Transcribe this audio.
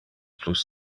plus